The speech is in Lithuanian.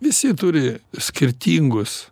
visi turi skirtingus